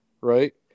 right